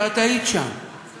ואת היית שם,